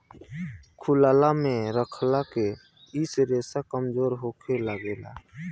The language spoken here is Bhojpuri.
खुलला मे रखला से इ रेसा कमजोर होखे लागेला